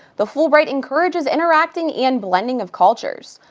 the fulbright encourages interacting and blending of cultures.